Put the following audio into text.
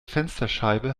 fensterscheibe